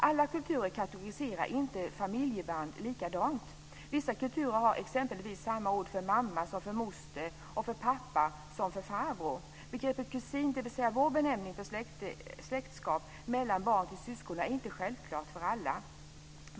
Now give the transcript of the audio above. Alla kulturer kategoriserar inte familjeband likadant. Vissa kulturer har exempelvis samma ord för mamma som för moster och samma ord för pappa som för farbror. Begreppet kusin, dvs. vår benämning på släktskapet mellan barn till syskon, är inte självklart för alla.